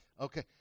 Okay